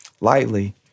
lightly